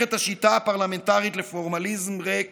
את השיטה הפרלמנטרית לפורמליזם ריק